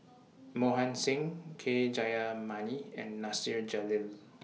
Mohan Singh K Jayamani and Nasir Jalil